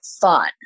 fun